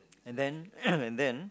and then and then